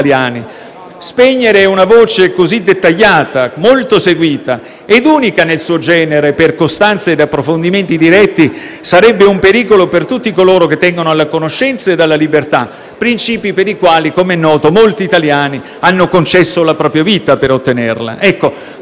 Spegnere una voca così dettagliata, molto seguita ed unica nel suo genere per costanza ed approfondimenti diretti, sarebbe un pericolo per tutti coloro che tengono alla conoscenza ed alla libertà, principi per i quali - come è noto - molti italiani prima di noi hanno concesso la propria vita per ottenerle.